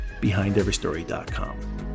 behindeverystory.com